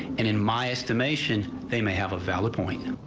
in in my estimation, they may have a valid point.